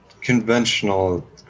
conventional